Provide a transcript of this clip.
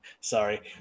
Sorry